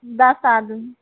दश आदमी